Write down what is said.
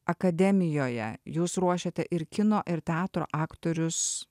akademijoje jūs ruošiate ir kino ir teatro aktorius